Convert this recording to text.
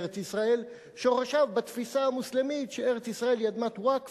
שורשיו בתפיסה המוסלמית שארץ-ישראל היא אדמת ווקף